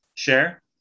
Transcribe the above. share